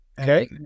Okay